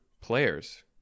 players